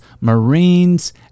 marines